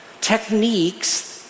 techniques